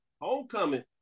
Homecoming